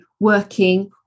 working